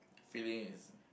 feeling is